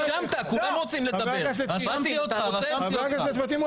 רגע, חבר הכנסת האוזר.